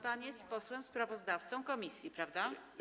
Pan jest posłem sprawozdawcą komisji, prawda?